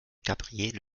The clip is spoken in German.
gabriele